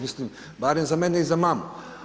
Mislim, barem za mene i za mamu.